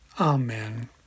Amen